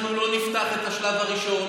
אנחנו לא נפתח את השלב הראשון,